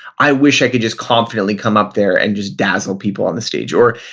i wish i could just confidently come up there and just dazzle people on the stage. or,